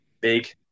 big